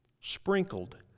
sprinkled